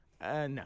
No